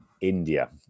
India